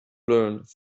learned